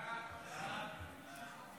ההצעה להעביר